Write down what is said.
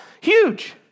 Huge